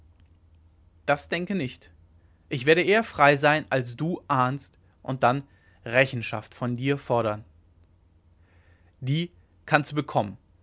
das denke nicht ich werde eher frei sein als du ahnst und dann rechenschaft von dir fordern die kannst du bekommen